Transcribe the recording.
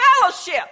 fellowship